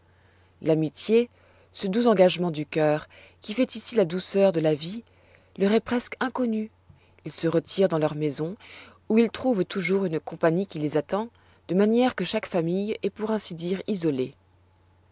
l'amitié ce doux engagement du cœur qui fait ici la douceur de la vie leur est presque inconnue ils se retirent dans leurs maisons où ils trouvent toujours une compagnie qui les attend de manière que chaque famille est pour ainsi dire isolée